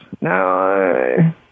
No